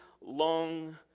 long